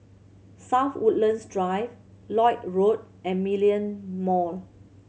South Woodlands Drive Lloyd Road and Million Mall